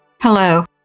Hello